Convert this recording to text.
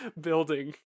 building